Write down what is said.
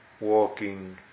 walking